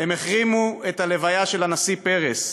הם החרימו את ההלוויה של הנשיא פרס,